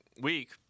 week